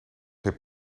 heb